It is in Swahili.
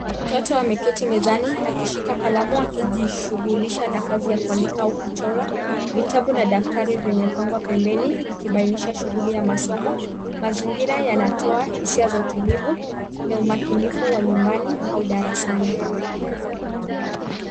Mtoto ameketi mezani akishika kalamu akijishugulisha na kazi ya kuandika au kuchora. Vitabu na daftari vimepangwa pembeni, vikibainisha shuguli ya masomo. Mazingira yanatoa hisia za utulivu na umakinifu wa nyumbani au darasani.